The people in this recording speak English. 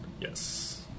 Yes